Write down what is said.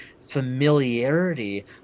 familiarity